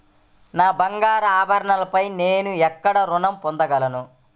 నా బంగారు ఆభరణాలపై నేను ఎక్కడ రుణం పొందగలను?